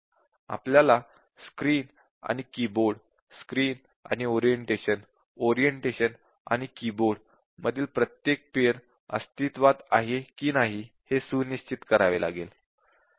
आपल्याला स्क्रीन आणि keyboard screen आणि ओरिएंटेशन ओरिएंटेशन आणि कीबोर्ड मधील प्रत्येक पेअर वॅल्यू अस्तित्वात आहे की नाही हे सुनिश्चित करावे लागेल